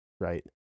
right